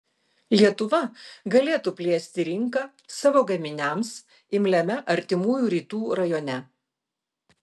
lietuva galėtų plėsti rinką savo gaminiams imliame artimųjų rytų rajone